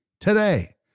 today